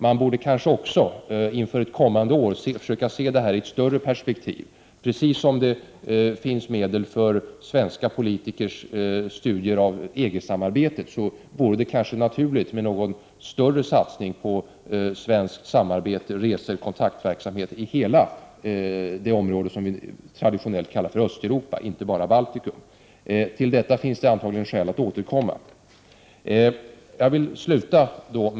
Kanske borde man också för framtiden försöka se detta i ett vidare perspektiv. Det finns ju medel för svenska politikers studier av EG-samarbetet. Därför vore det kanske naturligt att också göra större satsningar på svenskt samarbete, resor, kontaktverksamhet när det gäller hela det område som vi traditionellt kallar Östeuropa — alltså inte bara Baltikum. Till detta finns det antagligen skäl att återkomma.